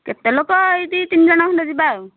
କେତେ ଲୋକ ଏଇ ଦୁଇ ତିନି ଜଣ ଖଣ୍ଡେ ଯିବା ଆଉ